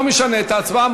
לא נשנה בהצבעה,